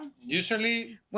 Usually